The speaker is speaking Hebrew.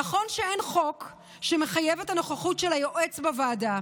נכון שאין חוק שמחייב את הנוכחות של היועץ בוועדה,